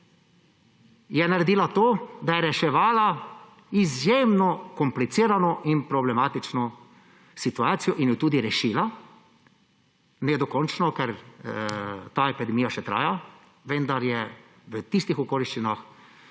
je naredila to, da je reševala izjemno komplicirano in problematično situacijo in jo tudi rešila. Ne dokončno, ker ta epidemija še traja, vendar je v tistih okoliščinah,